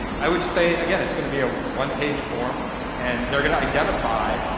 i would just say, again, it's going to be a one-page form and they're going to identify